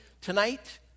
tonight